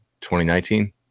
2019